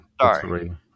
Sorry